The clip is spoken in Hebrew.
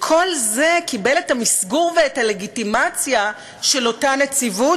וכל זה קיבל את המסגור ואת הלגיטימציה של אותה נציבות,